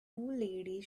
ladies